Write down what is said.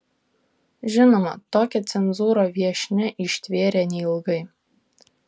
žinoma tokią cenzūrą viešnia ištvėrė neilgai